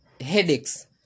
headaches